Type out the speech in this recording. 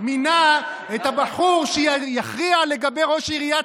מינה את הבחור שיכריע לגבי ראש עיריית